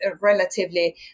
relatively